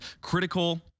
critical